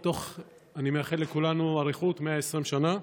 אני מאחל לכולנו אריכות, 120 שנה.